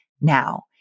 now